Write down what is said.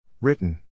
Written